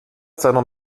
seiner